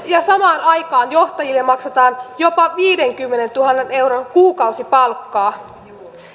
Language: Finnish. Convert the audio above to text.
ja samaan aikaan johtajille maksetaan jopa viidenkymmenentuhannen euron kuukausipalkkaa